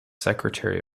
secretary